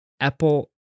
Apple